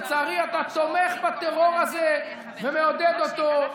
לצערי אתה תומך בטרור הזה ומעודד אותו.